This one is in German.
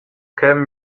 kämen